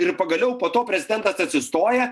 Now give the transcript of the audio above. ir pagaliau po to prezidentas atsistoja